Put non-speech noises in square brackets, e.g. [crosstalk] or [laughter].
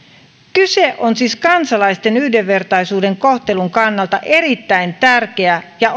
kyse on siis kansalaisten yhdenvertaisen kohtelun kannalta erittäin tärkeästä ja [unintelligible]